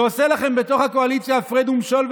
ועושה לכם בתוך הקואליציה הפרד ומשול,